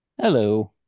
Hello